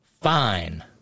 fine